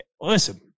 listen